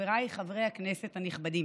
חבריי חברי הכנסת הנכבדים,